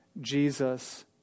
Jesus